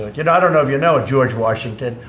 like and don't know if you know george washington.